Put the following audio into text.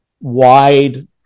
wide